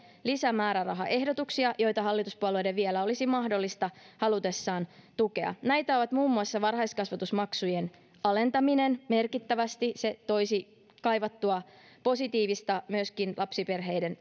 lisämäärärahaehdotuksia joita hallituspuolueiden vielä olisi mahdollista halutessaan tukea näitä ovat muun muassa varhaiskasvatusmaksujen alentaminen merkittävästi se toisi kaivattua positiivista myöskin lapsiperheiden